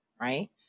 Right